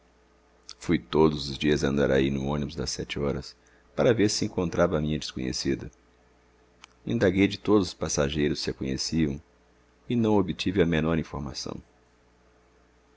fui todos os dias a andaraí no ônibus das sete horas para ver se encontrava a minha desconhecida indaguei de todos os passageiros se a conheciam e não obtive a menor informação